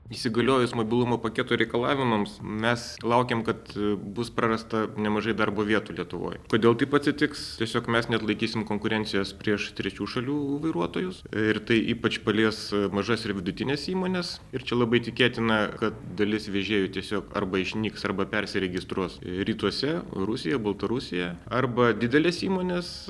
įsigaliojus mobilumo paketo reikalavimams mes laukiam kad bus prarasta nemažai darbo vietų lietuvoj kodėl taip atsitiks tiesiog mes neatlaikysim konkurencijos prieš trečių šalių vairuotojus ir tai ypač palies mažas ir vidutines įmones ir čia labai tikėtina kad dalis vežėjų tiesiog arba išnyks arba persiregistruos rytuose rusija baltarusija arba didelės įmonės